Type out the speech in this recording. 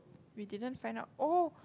we didn't find out oh